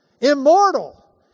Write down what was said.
Immortal